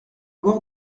voir